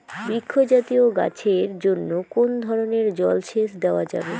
বৃক্ষ জাতীয় গাছের জন্য কোন ধরণের জল সেচ দেওয়া যাবে?